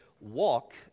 Walk